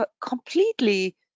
completely